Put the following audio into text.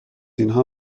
اینها